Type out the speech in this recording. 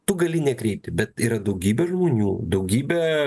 tu gali nekreipti bet yra daugybė žmonių daugybė